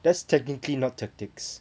that's technically not tactics